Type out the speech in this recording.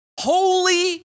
Holy